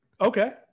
Okay